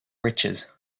riches